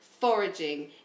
foraging